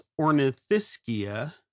ornithischia